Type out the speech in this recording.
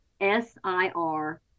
S-I-R